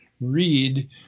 read